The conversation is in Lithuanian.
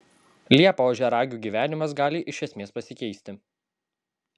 liepą ožiaragių gyvenimas gali iš esmės pasikeisti